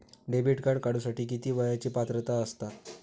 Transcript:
Debit card काढूसाठी किती वयाची पात्रता असतात?